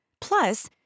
Plus